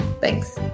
Thanks